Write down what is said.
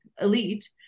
elite